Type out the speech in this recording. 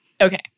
Okay